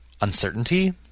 Uncertainty